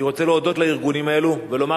אני רוצה להודות לארגונים האלה ולומר